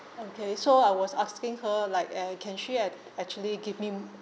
okay so I was asking her like eh can she act~ actually give me